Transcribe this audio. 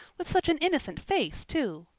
with such an innocent face, too!